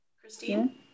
Christine